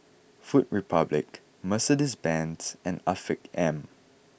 Food Republic Mercedes Benz and Afiq M